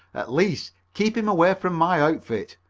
at least keep him away from my outfit.